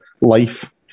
life